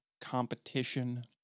competition